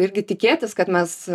irgi tikėtis kad mes